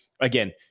Again